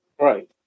Right